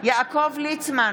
יעקב ליצמן,